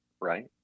right